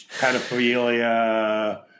pedophilia